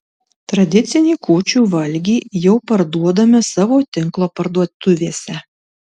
tradicinį kūčių valgį jau parduodame savo tinklo parduotuvėse